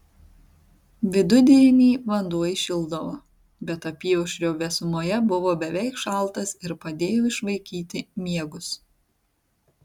vidudienį vanduo įšildavo bet apyaušrio vėsumoje buvo beveik šaltas ir padėjo išvaikyti miegus